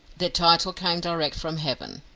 their title came direct from heaven.